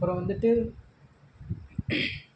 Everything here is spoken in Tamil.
அப்புறம் வந்துட்டு